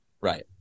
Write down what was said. Right